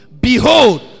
Behold